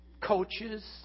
coaches